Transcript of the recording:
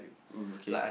oo okay